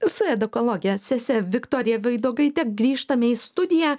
su edukologe sese viktorija vaidogaite grįžtame į studiją